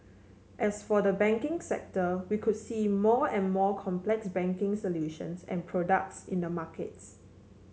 as for the banking sector we could see more and more complex banking solutions and products in the markets